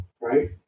Right